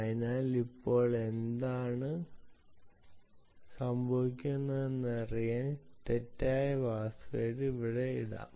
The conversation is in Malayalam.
അതിനാൽ ഇപ്പോൾ എന്താണ് സംഭവിക്കുന്നതെന്നറിയാൻ തെറ്റായ പാസ്വേഡ് ഇവിടെ ഇടാം